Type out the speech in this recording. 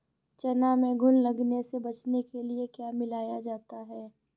चना में घुन लगने से बचाने के लिए क्या मिलाया जाता है?